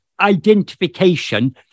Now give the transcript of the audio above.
identification